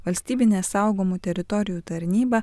valstybinė saugomų teritorijų tarnyba